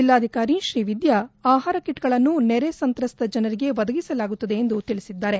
ಜಿಲ್ಲಾಧಿಕಾರಿ ತ್ರೀವಿದ್ಯಾ ಆಹಾರ ಕಿಟ್ಗಳನ್ನು ನೆರೆ ಸಂತ್ರಸ್ತ ಜನರಿಗೆ ಒದಗಿಸಲಾಗುತ್ತಿದೆ ಎಂದು ತಿಳಿಸಿದರು